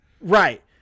Right